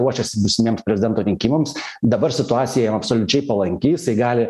ruošiasi būsimiems prezidento rinkimams dabar situacija absoliučiai palanki jisai gali